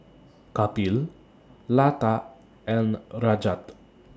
Kapil Lata and Rajat